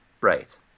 right